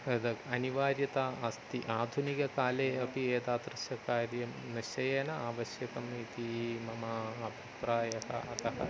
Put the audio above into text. तत् अनिवार्यता अस्ति आधुनिककाले अपि एतादृशकार्यं निश्चयेन आवश्यकम् इति मम अभिप्रायः अतः